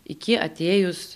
iki atėjus